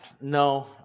No